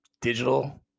digital